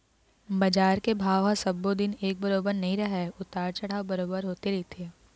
बजार के भाव ह सब्बो दिन एक बरोबर नइ रहय उतार चढ़ाव बरोबर होते रहिथे